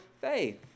faith